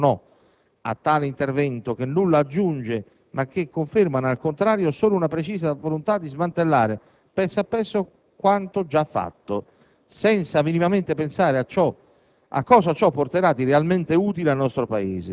Tutto ciò ci porta a dover ribadire con forza il nostro no a tale intervento che nulla aggiunge, ma che conferma, al contrario, solo una precisa volontà di smantellare, pezzo per pezzo, quanto già fatto, senza minimamente pensare a cosa